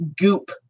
goop